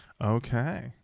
Okay